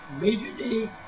Immediately